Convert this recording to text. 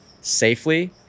safely